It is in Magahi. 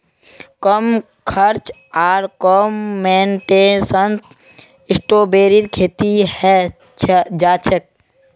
कम खर्च आर कम मेंटेनेंसत स्ट्रॉबेरीर खेती हैं जाछेक